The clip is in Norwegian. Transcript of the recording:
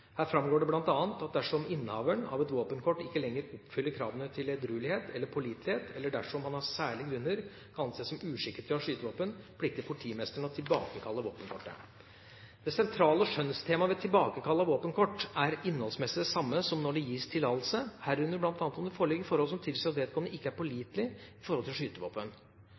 Her framgår det bl.a. at dersom innehaveren av et våpenkort ikke lenger oppfyller kravene til edruelighet eller pålitelighet, eller dersom han av særlige grunner kan anses som uskikket til å ha skytevåpen, plikter politimesteren å tilbakekalle våpenkortet. Det sentrale skjønnstema ved tilbakekall av våpenkortet er innholdsmessig det samme som når det gis tillatelse, herunder bl.a. om det foreligger forhold som tilsier at vedkommende ikke er pålitelig med hensyn til å ha skytevåpen.